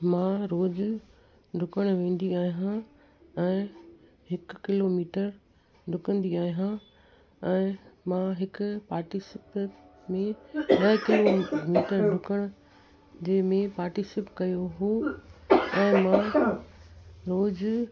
मां रोज़ु डुकणु वेंदी आहियां ऐं हिकु किलोमीटर डुकंदी आहियां ऐं मां हिकु पार्टीसिपेट में कयो डुकणु जंहिं में पार्टीसिप कयो हो ऐं मां रोज़ु